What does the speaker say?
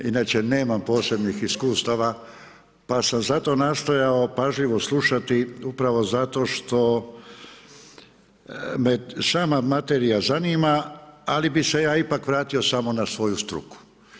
Inače nemam posebnih iskustava, pa sam zato nastojao pažljivo slušati upravo zato što me sama materija zanima, ali bih se ja ipak vratio samo na svoju struku.